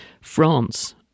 France